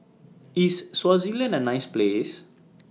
IS Swaziland A nice Place